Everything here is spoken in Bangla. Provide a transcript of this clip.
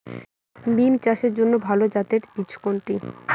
বিম চাষের জন্য ভালো জাতের বীজ কোনটি?